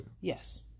Yes